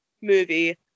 movie